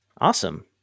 Awesome